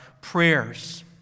prayers